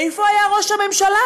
איפה היה ראש הממשלה?